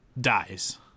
dies